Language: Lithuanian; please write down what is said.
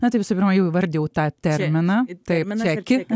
na tai visų pirma jau įvardijau tą terminą taip čekį